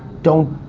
don't,